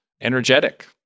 energetic